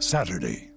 Saturday